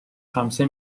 خمسه